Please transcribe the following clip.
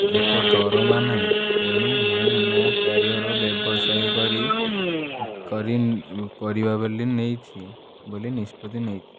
ଏକ ଦରମା ନାହିଁ ତେଣୁ ମୁଁ ମୋ କ୍ୟାରିଅର୍ ବ୍ୟବସାୟ କରି କରିବା ବୋଲି ନେଇଛି ବୋଲି ନିଷ୍ପତ୍ତି ନେଇ